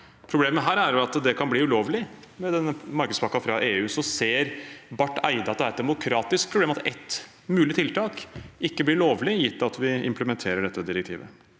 Problemet her er at det kan bli ulovlig med energimarkedspakken fra EU. Ser Barth Eide at det er et demokratisk problem at et mulig tiltak ikke blir lovlig, gitt at vi implementerer dette direktivet?